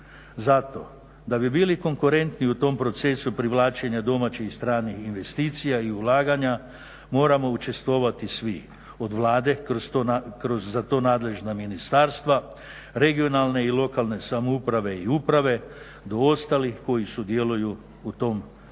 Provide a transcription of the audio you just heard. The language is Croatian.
Zato da bi bili konkurentni u tom procesu privlačenja domaćih i stranih investicija i ulaganja moramo učestvovati svi, od Vlade kroz za to nadležna ministarstva, regionalne i lokalne samouprave i uprave do ostalih koji sudjeluju u tom procesu.